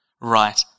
Right